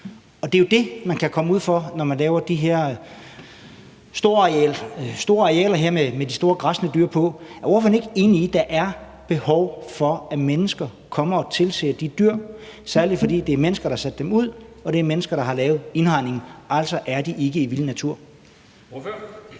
Det er jo det, man kan komme ud for, når man laver de her store arealer med de store græssende dyr på. Er ordføreren ikke enig i, at der er behov for, at mennesker kommer og tilser de dyr, særlig fordi det er mennesker, der har sat dem ud, og det er mennesker, der har lavet indhegningen, altså er dyrene ikke i vild natur? Kl.